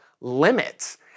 limits